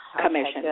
Commission